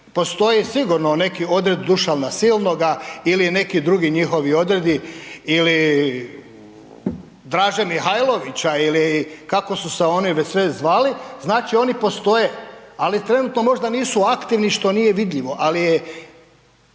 postoji sigurno neki odred Dušana Silnoga ili neki drugi njihovi odredi ili Draže Mihajlovića ili kako su se oni već sve zvali, znači oni postoje, ali trenutno možda nisu aktivni što nije vidljivo, ali je